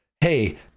hey